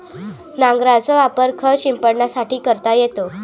नांगराचा वापर खत शिंपडण्यासाठी करता येतो